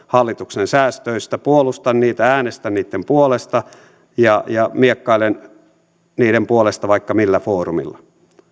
hallituksen säästöistä puolustan niitä äänestän niitten puolesta ja ja miekkailen niiden puolesta vaikka millä foorumeilla